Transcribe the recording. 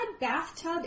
Bathtub